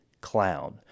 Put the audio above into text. clown